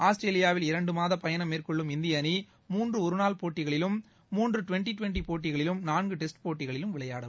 ஆஸ்திரேலியாவில் இரண்டு மாத பயணம் மேற்கொள்ளும் இந்திய அணி மூன்று ஒரு நாள் போட்டிகளிலும் மூன்று ட்வென்டி ட்வென்டி போட்டிகளிலும் நான்கு டெஸ்ட் போட்டிகளிலும் விளையாடும்